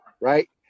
Right